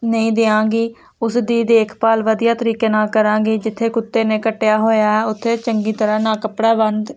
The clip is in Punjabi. ਨਹੀਂ ਦਿਆਂਗੀ ਉਸ ਦੀ ਦੇਖਭਾਲ ਵਧੀਆ ਤਰੀਕੇ ਨਾਲ ਕਰਾਂਗੀ ਜਿੱਥੇ ਕੁੱਤੇ ਨੇ ਕੱਟਿਆ ਹੋਇਆ ਉੱਥੇ ਚੰਗੀ ਤਰ੍ਹਾਂ ਨਾਲ ਕੱਪੜਾ ਬੰਨ ਤ